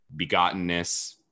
begottenness